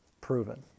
proven